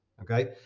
okay